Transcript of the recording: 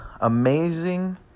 amazing